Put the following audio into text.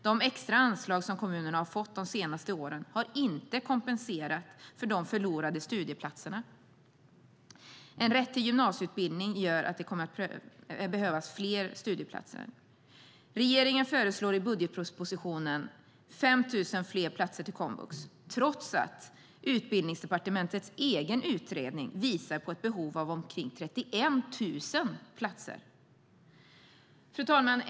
De extra anslag som kommunerna har fått de senaste åren har inte kompenserat för de förlorade studieplatserna. En rätt till gymnasieutbildning gör att det kommer att behövas fler studieplatser. Regeringen föreslår i budgetpropositionen 5 000 fler platser till komvux, trots att Utbildningsdepartementets egen utredning visar på ett behov av omkring 31 000 platser. Fru talman!